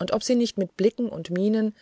und ob sie nicht mit blicken und mienen